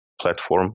platform